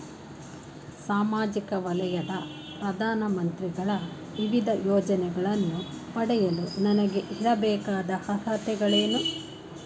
ಸಾಮಾಜಿಕ ವಲಯದ ಪ್ರಧಾನ ಮಂತ್ರಿಗಳ ವಿವಿಧ ಯೋಜನೆಗಳನ್ನು ಪಡೆಯಲು ನನಗೆ ಇರಬೇಕಾದ ಅರ್ಹತೆಗಳೇನು?